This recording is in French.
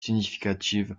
significative